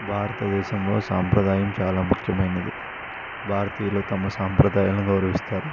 భారతదేశంలో సాంప్రదాయం చాలా ముఖ్యమైనది భారతీయులు తమ సంప్రదాయాలు గౌరవిస్తారు